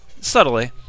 subtly